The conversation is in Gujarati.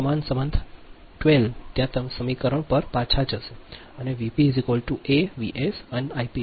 તેથી સમાન સંબંધ 12 ત્યાં સમીકરણ પર પાછા જશે Vp A Vs અને Ip A Is